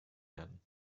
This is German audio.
werden